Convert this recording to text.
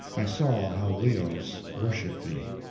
i saw how leos worshiped thee.